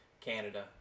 Canada